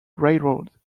railroad